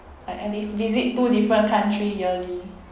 like at least visit two different country yearly